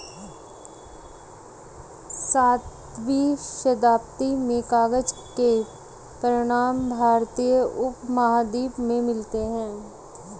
सातवीं शताब्दी में कागज के प्रमाण भारतीय उपमहाद्वीप में मिले हैं